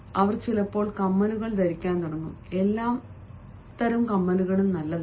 അവർ ചിലപ്പോൾ കമ്മലുകൾ ധരിക്കാൻ തുടങ്ങും എല്ലാം നല്ലതല്ല